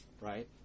right